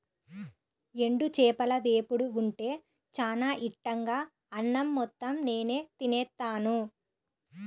ఎండు చేపల వేపుడు ఉంటే చానా ఇట్టంగా అన్నం మొత్తం నేనే తినేత్తాను